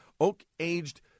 Oak-aged